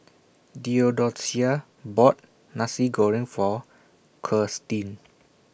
Theodocia bought Nasi Goreng For Kirstin